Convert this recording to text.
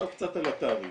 עכשיו קצת על התעריף.